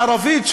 הערבית,